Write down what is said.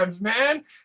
man